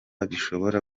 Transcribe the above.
bishobora